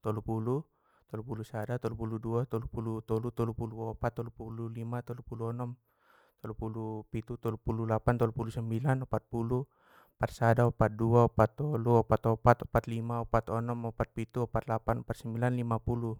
tolupulu, tolupulusada, tolupuludua, tolupulutolu, tolupuluopat, tolupululima, tolupuluonom, tolupulupitu, tolupululapan, tolupulusambilan, opatpulu, opatpulusada, opatpuludua, opatpulutolu, opatpululima, opatpuluonom, opatpulupitu, opatpululapan, opatpulusambilan, limapulu.